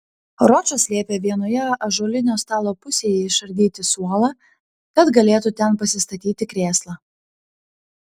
ročas liepė vienoje ąžuolinio stalo pusėje išardyti suolą kad galėtų ten pasistatyti krėslą